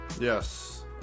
Yes